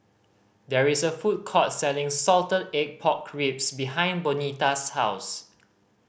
there is a food court selling salted egg pork ribs behind Bonita's house